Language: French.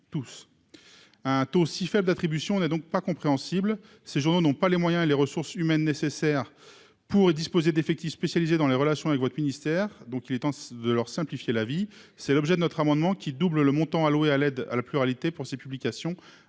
tous un taux si faible attribution n'a donc pas compréhensible, ces journaux n'ont pas les moyens et les ressources humaines nécessaires pour disposer d'effectifs, spécialisé dans les relations avec votre ministère, donc il est temps de leur simplifier la vie, c'est l'objet de notre amendement qui doublent le montant alloué à l'aide à la pluralité pour ces publications